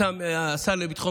השר לביטחון